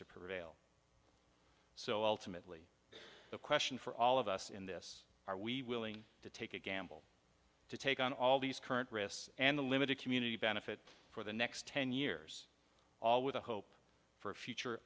to prevail so ultimately the question for all of us in this are we willing to take a gamble to take on all these current wrists and the limited community benefit for the next ten years all with the hope for a future